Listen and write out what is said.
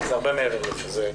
זה הרבה מעבר לזה.